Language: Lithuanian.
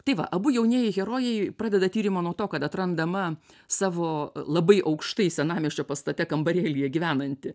tai va abu jaunieji herojai pradeda tyrimą nuo to kad atrandama savo labai aukštai senamiesčio pastate kambarėlyje gyvenanti